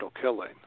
killing